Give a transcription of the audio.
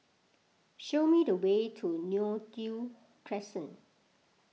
show me the way to Neo Tiew Crescent